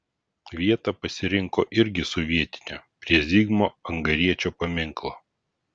vietą pasirinko irgi sovietinę prie zigmo angariečio paminklo